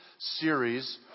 series